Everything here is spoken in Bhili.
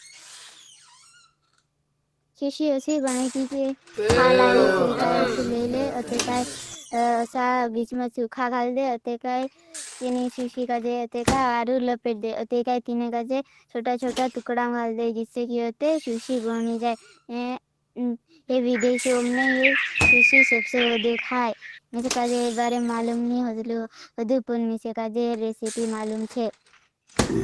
सुशी असी बनै की की खाल आवेज़। चीकाय असी लेले अतेकाई असा भीचमें सुखा खाल दे। अतेकाई छेनी शुशी काजे। अतेकाई आरु लपेट दे अतेकाई तीने काजे सोटा-छोटा तुकडा घाल दे। जिस्से की आते सुशी बह।